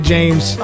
James